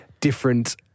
different